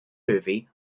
movie